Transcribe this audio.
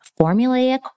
formulaic